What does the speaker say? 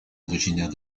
originaire